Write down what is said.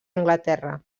anglaterra